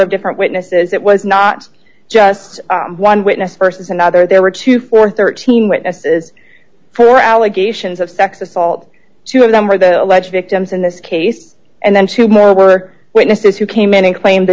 of different witnesses it was not just one witness st another there were two for thirteen witnesses for allegations of sex assault two of them were the alleged victims in this case and then were witnesses who came in and claimed the